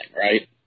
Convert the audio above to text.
right